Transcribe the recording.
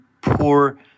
poor